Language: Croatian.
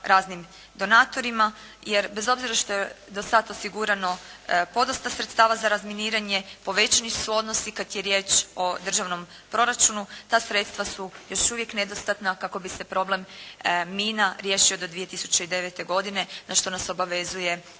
raznim donatorima jer bez obzira što je do sada osigurano podosta sredstava za razminiranje, povećani su odnosi kad je riječ o državnom proračunu ta sredstva su još uvijek nedostatna kako bi se problem mina riješio do 2009. godine na što nas obavezuje